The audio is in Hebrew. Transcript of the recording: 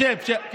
שב, שב, כן.